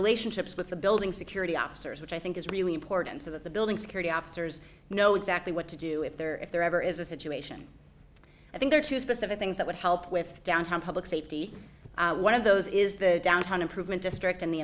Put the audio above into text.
relationships with the building security officers which i think is really important so that the building security officers know exactly what to do if there if there ever is a situation i think there are two specific things that would help with down time public safety one of those is the downtown improvement district and the